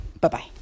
Bye-bye